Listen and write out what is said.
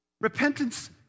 Repentance